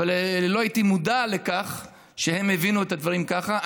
לא הייתי מודע לכך שהן הבינו את הדברים ככה.